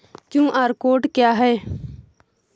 QR code क्या है?